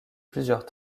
plusieurs